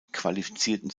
qualifizierten